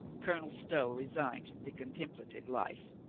colonel stow resigned the contemplative life.